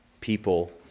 people